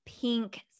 pink